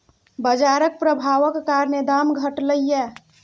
बजारक प्रभाबक कारणेँ दाम घटलै यै